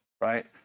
right